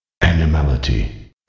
Animality